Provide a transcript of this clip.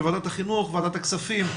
בוועדת החינוך, ועדת הכספים,